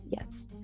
yes